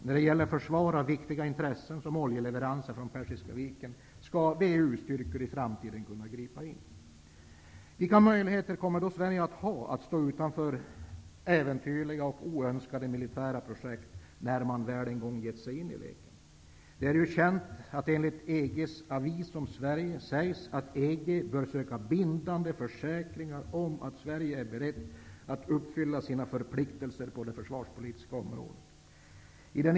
När det gäller försvar av viktiga intressen som oljeleveranser från Persiska viken, skall WEU-styrkor i framtiden kunna gripa in. Vilka möjligheter kommer Sverige att ha att stå utanför äventyrliga och oönskade militära projekt när man väl en gång gett sig in i leken? Det är ju känt att enligt EG:s avi om Sverige sägs det att EG bör söka bindande försäkringar om att Sverige är berett att uppfylla sina förpliktelser på det försvarspolitiska området.